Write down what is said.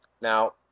Now